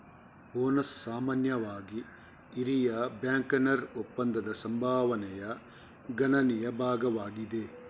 bonus ಸಾಮಾನ್ಯವಾಗಿ ಹಿರಿಯ ಬ್ಯಾಂಕರ್ನ ಒಪ್ಪಂದದ ಸಂಭಾವನೆಯ ಗಣನೀಯ ಭಾಗವಾಗಿದೆ